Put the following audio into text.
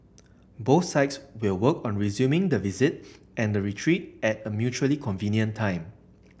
both sides will work on resuming the visit and the retreat at a mutually convenient time